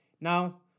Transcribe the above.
Now